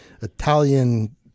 Italian